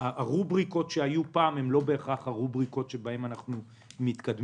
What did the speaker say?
הרובריקות שהיו פעם הן לא בהכרח הרובריקות שבהן אנחנו מתקדמים.